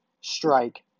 strike